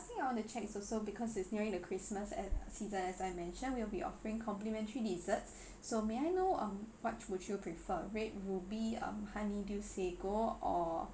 thing I want to check also because it's nearing the christmas at season as I mentioned will be offering complimentary desserts so may I know um what would you prefer red ruby um honey dew sago or